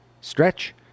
stretch